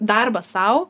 darbą sau